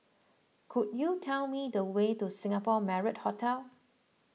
could you tell me the way to Singapore Marriott Hotel